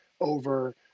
over